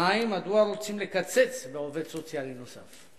2. מדוע רוצים לקצץ בעובד סוציאלי נוסף?